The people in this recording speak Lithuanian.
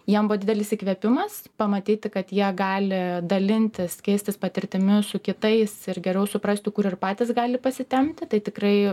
jiem buvo didelis įkvėpimas pamatyti kad jie gali dalintis keistis patirtimi su kitais ir geriau suprasti kur ir patys gali pasitempti tai tikrai